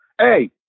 Hey